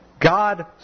God